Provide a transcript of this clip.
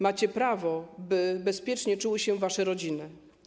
Macie prawo, by bezpiecznie czuły się wasze rodziny.